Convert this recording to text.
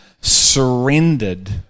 surrendered